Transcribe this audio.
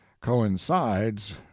coincides